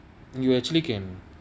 you actually can